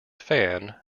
fan